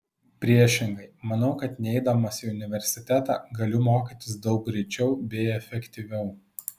priešingai manau kad neidamas į universitetą galiu mokytis daug greičiau bei efektyviau